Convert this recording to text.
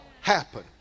happen